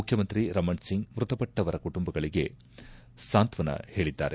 ಮುಖ್ಕಮಂತ್ರಿ ರಮಣ್ಸಿಂಗ್ ಮೃತಪಟ್ಟವರ ಕುಟುಂಬದವರಿಗೆ ಸಾಂತ್ವನ ಹೇಳಿದ್ದಾರೆ